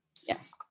Yes